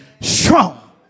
strong